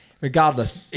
regardless